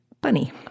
bunny